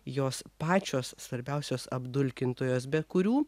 jos pačios svarbiausios apdulkintojos be kurių